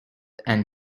and